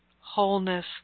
wholeness